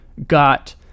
got